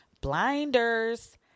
blinders